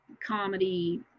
comedy